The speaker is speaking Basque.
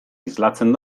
islatzen